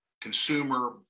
consumer